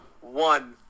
one